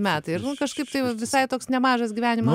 metai ir nu kažkaip tai visai toks nemažas gyvenimo